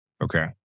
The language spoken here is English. Okay